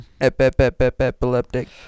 epileptic